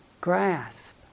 grasp